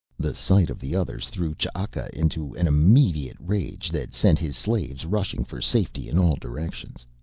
the sight of the others threw ch'aka into an immediate rage that sent his slaves rushing for safety in all directions.